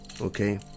Okay